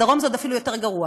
בדרום זה עוד אפילו יותר גרוע.